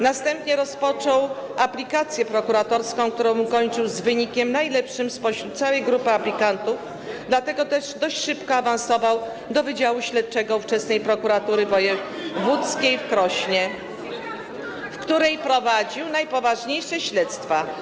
Następnie rozpoczął aplikację prokuratorską, którą ukończył z wynikiem najlepszym spośród całej grupy aplikantów, dlatego też dość szybko awansował do wydziału śledczego ówczesnej Prokuratury Wojewódzkiej w Krośnie (Poruszenie na sali), w której prowadził najpoważniejsze śledztwa.